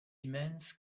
immense